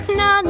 no